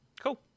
Cool